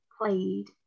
played